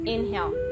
Inhale